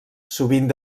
sovint